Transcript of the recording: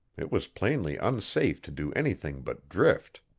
it was plainly unsafe to do anything but drift.